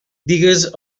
digues